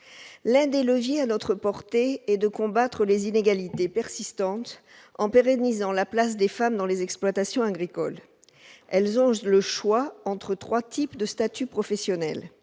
L'un des leviers à notre portée, c'est de combattre les inégalités persistantes en pérennisant la place des femmes dans les exploitations agricoles. Les femmes ont le choix entre trois types de statut professionnel